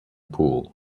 pool